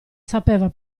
sapeva